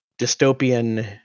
dystopian